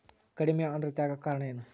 ಕಡಿಮೆ ಆಂದ್ರತೆ ಆಗಕ ಕಾರಣ ಏನು?